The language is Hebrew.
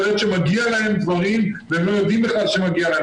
יכול להיות שמגיע להם דברים והם לא יודעים בכלל שמגיע להם,